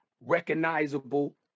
recognizable